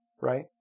right